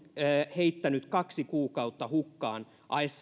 heittänyt kaksi kuukautta hukkaan